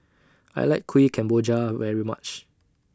I like Kuih Kemboja very much